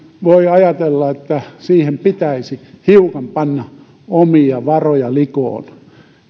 voi ajatella että siihen pitäisi hiukan panna omia varoja likoon